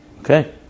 Okay